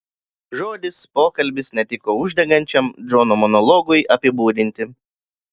žodis pokalbis netiko uždegančiam džono monologui apibūdinti